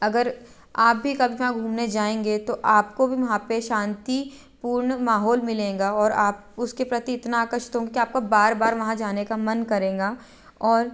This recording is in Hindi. आप भी कभी वहाँ घूमने जाएंगे तो आपको भी वहाँ पर शांति पूर्ण माहौल मिलेगा और आप उसके प्रति इतना आकर्षित हो कि आपका बार बाार वहाँ जाने का मन करेगा और